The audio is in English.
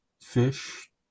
fish